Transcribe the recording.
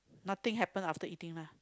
nothing happens after eating lah